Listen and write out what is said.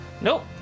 Nope